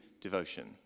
devotion